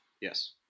yes